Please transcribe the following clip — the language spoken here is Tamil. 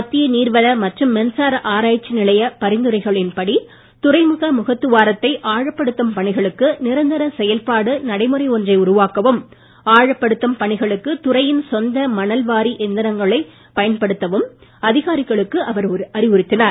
மத்திய நீர்வள மற்றும் மின்சார ஆராய்ச்சி நிலையப் பரிந்துரைகளின் படி துறைமுக முகத்துவாரத்தை ஆழப்படுத்தும் பணிகளுக்கு நிரந்தர செயல்பாடு நடைமுறை ஒன்றை உருவாக்கவும் ஆழப்படுத்தும் பணிகளுக்கு துறையின் சொந்த மணல்வாரி எந்திரங்களைப் பயன்படுத்தவும் அதிகாரிகளுக்கு அவர் அறிவுறுத்தினார்